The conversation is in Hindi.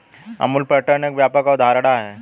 अमूल पैटर्न एक व्यापक अवधारणा है